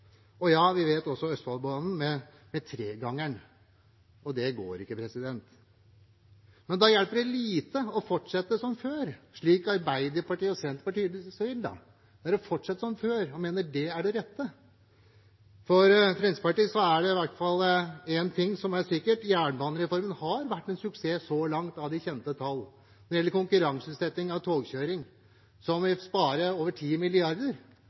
Og ja, vi vet at på Østfoldbanen er det tregangen. Det går ikke. Da hjelper det lite å fortsette som før, slik Arbeiderpartiet og Senterpartiet vil. De vil fortsette som før og mener det er det rette. For Fremskrittspartiet er det i hvert fall én ting som er sikkert: Jernbanereformen har vært en suksess så langt – når det gjelder kjente tall. Konkurranseutsetting av togkjøring vil spare over 10 mrd. kr over ti